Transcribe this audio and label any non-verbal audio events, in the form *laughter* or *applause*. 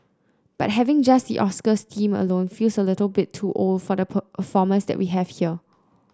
but having just the Oscars theme alone feels a little bit too old for the performers that we have *unintelligible*